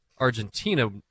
Argentina